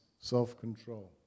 self-control